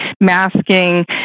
masking